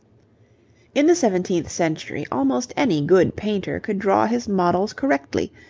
in the seventeenth century almost any good painter could draw his models correctly,